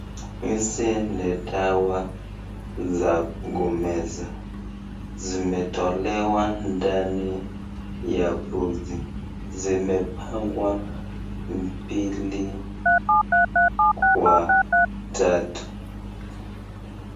Hizi ni dawa za kumeza. Zimetolewa ndani ya boksi . Zimepangwa mbili kwa tatu.